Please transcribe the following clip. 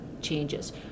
changes